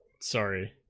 Sorry